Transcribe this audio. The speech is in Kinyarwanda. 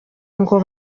ngo